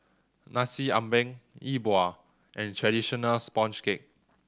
Nasi Ambeng Yi Bua and traditional sponge cake